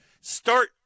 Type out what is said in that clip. start –